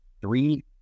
three